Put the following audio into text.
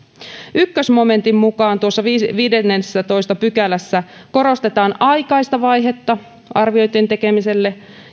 ensimmäisen momentin mukaan tuossa viidennessätoista pykälässä korostetaan aikaista vaihetta arvioitten tekemiselle